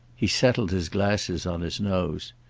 he settled his glasses on his nose.